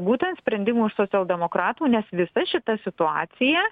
būtent sprendimų iš socialdemokratų nes visa šita situacija